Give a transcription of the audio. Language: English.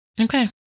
Okay